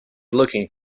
looking